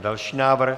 Další návrh.